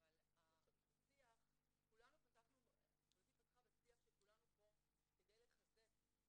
גברתי פתחה בשיח שכולנו פה כדי לחזק את